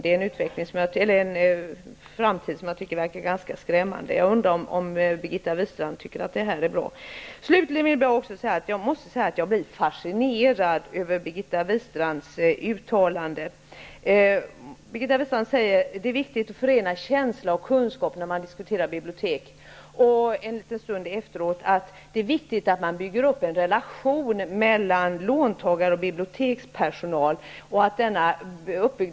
Det är en framtid som jag tycker verkar ganska skrämmande. Jag undrar om Birgitta Wistrand verkligen tycker att det här är bra. Slutligen vill jag säga att jag är fascinerad av Birgitta Wistrands uttalande här: Det är viktigt att förena känsla och kunskaper när man diskuterar bibliotek. Litet senare säger hon att det är viktigt att man bygger upp en relation mellan låntagare och bibliotekspersonal via ett betalkort.